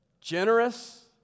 Generous